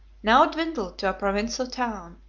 now dwindled to a provincial town,